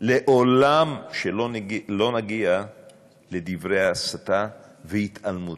לעולם שלא נגיע לדברי הסתה והתעלמות.